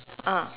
ah